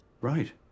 Right